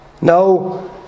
No